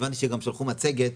הבנתי שגם שלחו מצגת,